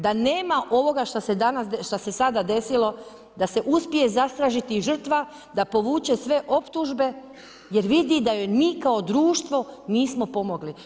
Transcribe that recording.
Da nema ovoga šta se sada desilo, da se uspije zastrašiti žrtva, da povuče sve optužbe jer vidi da joj mi kao društvo nismo pomogli.